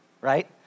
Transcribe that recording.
right